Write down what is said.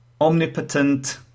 omnipotent